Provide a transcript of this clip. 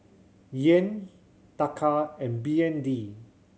Yen Taka and B N D